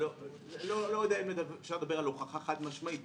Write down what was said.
לא יודע אם אפשר לדבר על הוכחה חד משמעית,